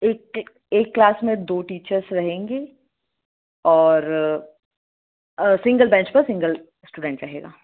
एक एक क्लास में दो टीचर्स रहेंगे और सिंगल बेंच पर सिंगल स्टूडेंट रहेगा